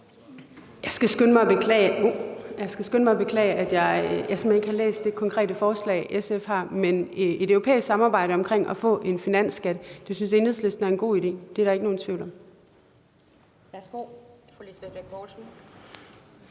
Jeg skal skynde mig at beklage, at jeg simpelt hen ikke har læst det konkrete forslag, SF har. Men et europæisk samarbejde om at få en finansskat synes Enhedslisten er en god idé. Det er der ikke nogen tvivl om.